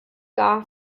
gar